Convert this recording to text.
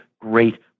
great